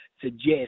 suggest